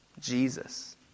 Jesus